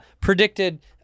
predicted-